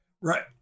Right